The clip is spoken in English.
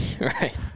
Right